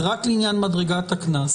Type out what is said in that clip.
זה רק לעניין מדרגת הקנס